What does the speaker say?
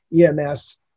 EMS